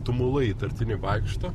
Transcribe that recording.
tumulai įtartini vaikšto